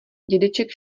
dědeček